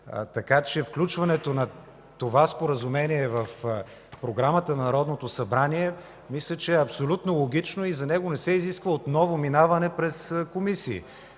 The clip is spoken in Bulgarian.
Така че включването на това споразумение в програмата на Народното събрание мисля, че е абсолютно логично и за него не се изисква отново минаване през комисии.